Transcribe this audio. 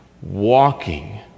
walking